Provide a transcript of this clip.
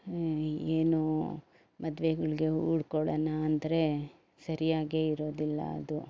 ಏನು ಮದ್ವೆಗಳಿಗೆ ಉಡ್ಕೊಳಣ ಅಂದರೆ ಸರಿಯಾಗೇ ಇರೋದಿಲ್ಲ ಅದು